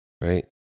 right